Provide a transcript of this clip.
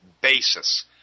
basis